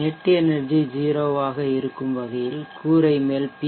net energy 0 ஆக இருக்கும் வகையில் கூரை மேல் பி